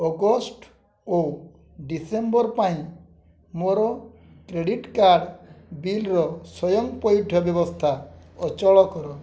August ଓ December ପାଇଁ ମୋର କ୍ରେଡିଟ୍ କାର୍ଡ଼୍ ବିଲର ସ୍ଵୟଂ ପଇଠ ବ୍ୟବସ୍ଥା ଅଚଳ କର